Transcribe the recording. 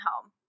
home